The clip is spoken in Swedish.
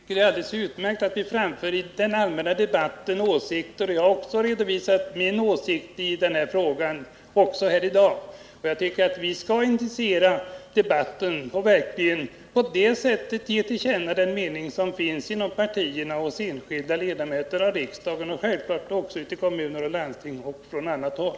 Herr talman! Jag tycker det är alldeles utmärkt att vi i den allmänna debatten framför åsikter. Jag har också i denna debatt redovisat min åsikt i den här frågan. Jag tycker att vi skall initiera debatten och ge till känna den mening som finns i partierna, hos enskilda ledamöter av riksdagen, ute i landstingen och på annat håll.